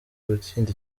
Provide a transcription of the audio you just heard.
gutsinda